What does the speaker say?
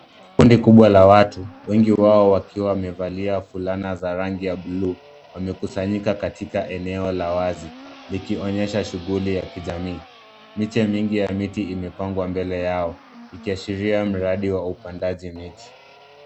Kundi kubwa la watu, wengi wao wakiwa wamevalia fulana za rangi ya bluu, wamekusanyika katika eneo la wazi. Ikionyesha shughuli ya kijamii. Miche mingi ya miti imepangwa mbele yao, ikiashiria mradi wa upandaji miti.